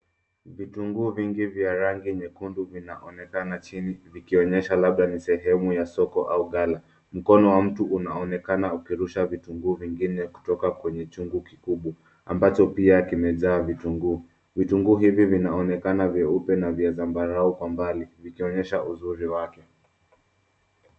Vitunguu vingi vya rangi ya nyekundu vinaonekana chini vikionyesha labda ni sehemu ya soko au ghala. Mkono wa mtu unaonekana ukirusha vitunguu vingine kutoka kwenye chungu kikubwa ambacho pia kimejaa vitunguu. Vitunguu hivi vinaonekana vyeupe na vya zambarau kwa mbali vikionyesha uzuri wake.